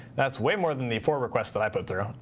that's way more than the four requests that i put there.